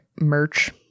merch